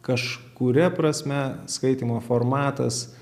kažkuria prasme skaitymo formatas